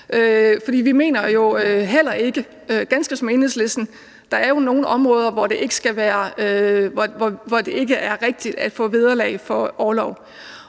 vi mener jo, ganske som Enhedslisten, at der er nogle områder, hvor det ikke er rigtigt at få vederlag under orlov.